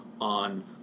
on